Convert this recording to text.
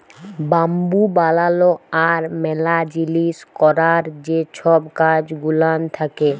bamboo বালালো আর ম্যালা জিলিস ক্যরার যে ছব কাজ গুলান থ্যাকে